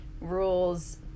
rules